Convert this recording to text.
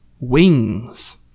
Wings